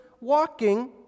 walking